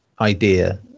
Idea